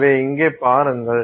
எனவே இங்கே பாருங்கள்